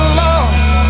lost